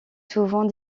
souvent